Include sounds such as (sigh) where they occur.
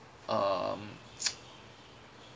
um (noise)